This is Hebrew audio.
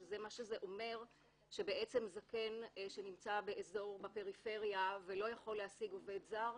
שמה שזה אומר שבעצם זקן שנמצא בפריפריה ולא יכול להשיג עובד זר,